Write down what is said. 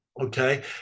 Okay